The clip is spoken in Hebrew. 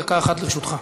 דקה אחת לרשותך.